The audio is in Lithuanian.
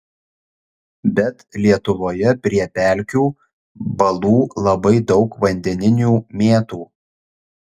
bet lietuvoje prie pelkių balų labai daug vandeninių mėtų